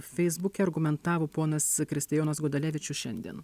feisbuke argumentavo ponas kristijonas gudalevičius šiandien